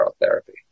therapy